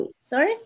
Sorry